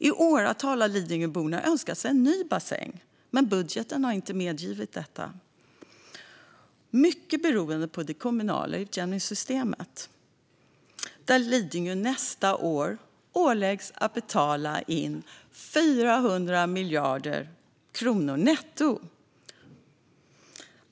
I åratal har Lidingöborna önskat sig en ny bassäng, men budgeten har inte medgivit detta - mycket beroende på det kommunala utjämningssystemet, där Lidingö nästa år åläggs att betala in 400 miljoner kronor netto.